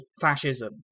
fascism